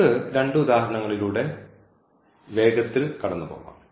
നമുക്ക് രണ്ട് ഉദാഹരണങ്ങളിലൂടെ വേഗത്തിൽ പോകാം